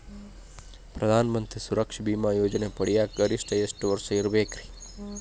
ಪ್ರಧಾನ ಮಂತ್ರಿ ಸುರಕ್ಷಾ ಭೇಮಾ ಯೋಜನೆ ಪಡಿಯಾಕ್ ಗರಿಷ್ಠ ಎಷ್ಟ ವರ್ಷ ಇರ್ಬೇಕ್ರಿ?